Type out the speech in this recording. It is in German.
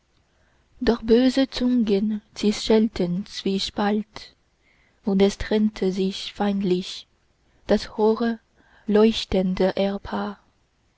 doch böse zungen zischelten zwiespalt und es trennte sich feindlich das hohe leuchtende ehpaar